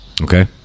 Okay